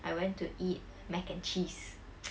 I went to eat mac and cheese